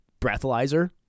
breathalyzer